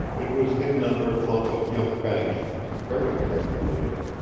it was hidden under a clump of young banksians, very carefully hidden,